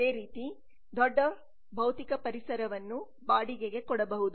ಅದೇ ರೀತಿ ದೊಡ್ಡ ಭೌತಿಕ ಪರಿಸರವನ್ನು ಬಾಡಿಗೆಗೆ ಕೊಡಬಹುದು